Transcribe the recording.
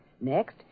Next